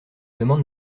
demande